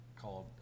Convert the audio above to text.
called